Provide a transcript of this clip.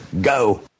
Go